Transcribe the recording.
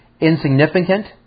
insignificant